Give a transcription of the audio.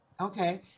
Okay